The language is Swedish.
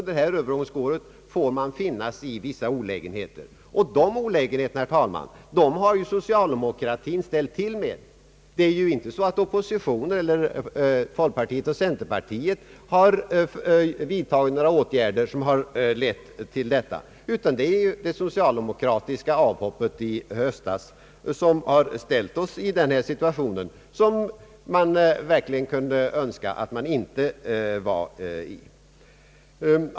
Då får man finna sig i vissa olägenheter, och dessa olägenheter, herr talman, har ju socialdemokratin ställt till med. Oppositionen har inte vidtagit några åtgärder som har lett till olägenheter, utan det är ju det socialdemokratiska avhoppet i höstas som har gjort att vi hamnat i denna situation, som vi verkligen inte har önskat skulle uppkomma.